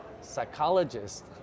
psychologist